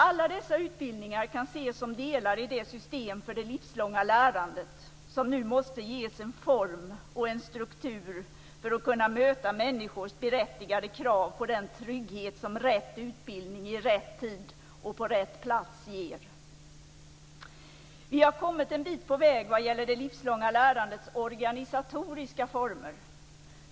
Alla dessa utbildningar kan ses som delar i det system för det livslånga lärandet som nu måste ges en form och en struktur för att kunna möta människors berättigade krav på den trygghet som rätt utbildning i rätt tid och på rätt plats ger. Vi har kommit en bit på väg när det gäller det livslånga lärandets organisatoriska former.